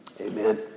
Amen